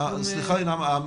--- סליחה נעמה,